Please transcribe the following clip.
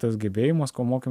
tas gebėjimas ko mokėm